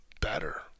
better